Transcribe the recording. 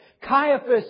Caiaphas